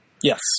Yes